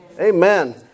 Amen